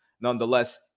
Nonetheless